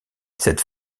cette